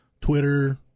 Twitter